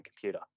computer